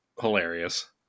hilarious